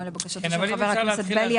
גם לבקשת חבר הכנסת בליאק.